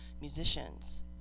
musicians